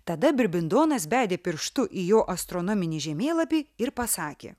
tada birbindonas bedė pirštu į jo astronominį žemėlapį ir pasakė